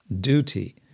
duty